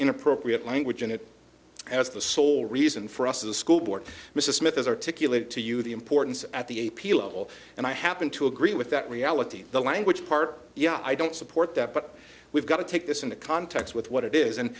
in appropriate language in it as the sole reason for us to the school board mrs smith has articulated to you the importance at the a p level and i happen to agree with that reality the language part yeah i don't support that but we've got to take this into context with what it is and